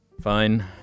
Fine